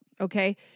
Okay